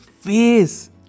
face